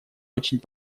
очень